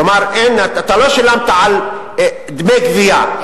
כלומר אתה לא שילמת דמי גבייה,